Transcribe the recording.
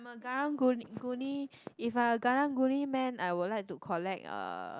Karang-Guni if I'm a Karang-Guni man I would like to collect uh